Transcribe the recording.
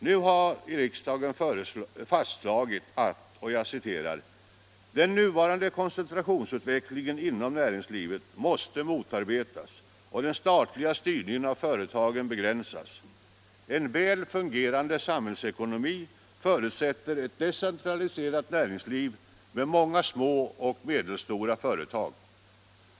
Nu har riksdagen fastslagit att den ”nuvarande koncentrationsutvecklingen inom näringslivet måste motarbetas och den statliga styrningen av företagen begränsas. En väl fungerande samhällsekonomi förutsätter ett decentraliserat näringsliv med många små och medelstora företag.